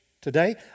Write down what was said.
today